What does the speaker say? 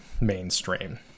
mainstream